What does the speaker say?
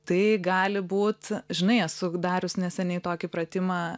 tai gali būt žinai esu darius neseniai tokį pratimą